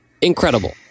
incredible